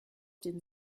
den